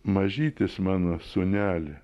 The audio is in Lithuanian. mažytis mano sūneli